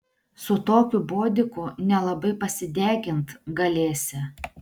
su tokiu bodiku nelabai pasidegint galėsi